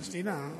אבל שתדע.